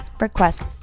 requests